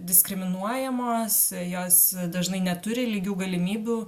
diskriminuojamos jos dažnai neturi lygių galimybių